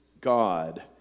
God